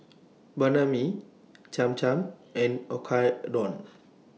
Banh MI Cham Cham and Oyakodon